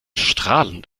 strahlend